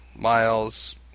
Miles